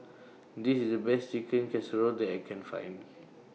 This IS The Best Chicken Casserole that I Can Find